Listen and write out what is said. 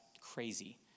crazy